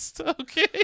Okay